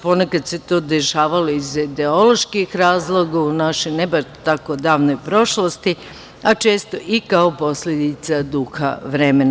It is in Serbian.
Ponekad se to dešavalo iz ideoloških razloga, u našoj ne baš tako davnoj prošlosti, a često i kao posledica duha vremena.